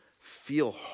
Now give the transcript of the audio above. feel